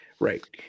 Right